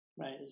right